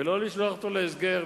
ולא לשלוח אותו להסגר,